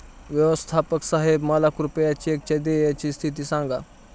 व्यवस्थापक साहेब कृपया माझ्या चेकच्या देयची स्थिती सांगा